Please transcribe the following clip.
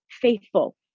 faithful